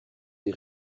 des